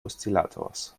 oszillators